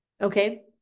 Okay